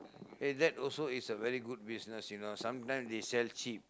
eh that also is a very good business you know sometimes they sell cheap